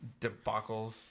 debacles